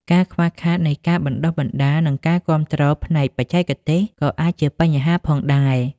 ការខ្វះខាតនៃការបណ្តុះបណ្តាល និងការគាំទ្រផ្នែកបច្ចេកទេស ក៏អាចជាបញ្ហាផងដែរ។